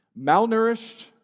Malnourished